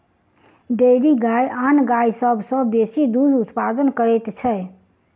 dairy गाय आन गाय सभ सॅ बेसी दूध उत्पादन करैत छै